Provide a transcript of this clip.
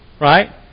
right